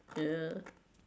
ya